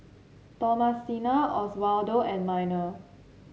Thomasina Oswaldo and Minor